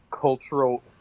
cultural